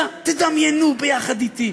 תדמיינו יחד איתי.